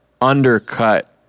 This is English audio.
undercut